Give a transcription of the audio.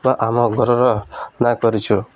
ବା ଆମ ଘରର ନାଁ କରିଛୁ